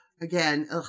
Again